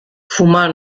fumar